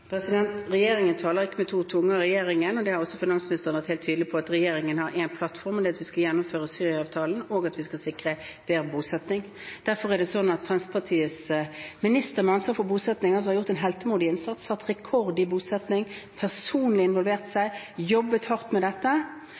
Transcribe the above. Regjeringen taler ikke med to tunger i regjeringen, og finansministeren har også vært helt tydelig på at regjeringen har én plattform, og det er at vi skal gjennomføre Syria-avtalen, og at vi skal sikre bedre bosetting. Derfor er det slik at Fremskrittspartiets minister med ansvar også for bosetting har gjort en heltemodig innsats, satt rekord i bosetting, personlig involvert seg og jobbet hardt med dette.